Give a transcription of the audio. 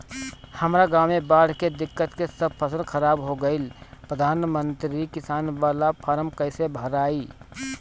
हमरा गांव मे बॉढ़ के दिक्कत से सब फसल खराब हो गईल प्रधानमंत्री किसान बाला फर्म कैसे भड़ाई?